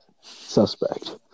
Suspect